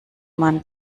man